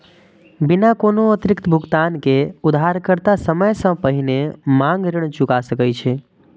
बिना कोनो अतिरिक्त भुगतान के उधारकर्ता समय सं पहिने मांग ऋण चुका सकै छै